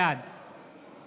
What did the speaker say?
בעד